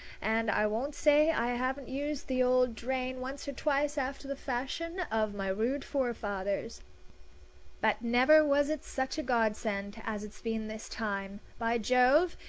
and i won't say i haven't used the old drain once or twice after the fashion of my rude forefathers but never was it such a godsend as it's been this time. by jove,